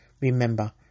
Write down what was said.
Remember